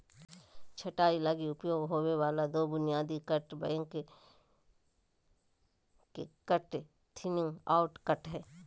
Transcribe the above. छंटाई लगी उपयोग होबे वाला दो बुनियादी cut back cut, thinning out cut हइ